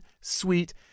sweet